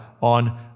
on